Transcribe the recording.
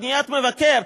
פניית מבקר,